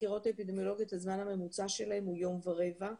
החקירות האפידמיולוגיות הזמן הממוצע שלהן הוא יום ורבע.